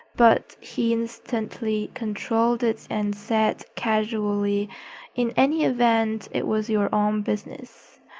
but he instantly controlled it and said casually in any event, it was your own business.